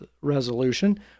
resolution